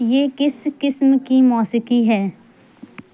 یہ کس قسم کی موسیقی ہے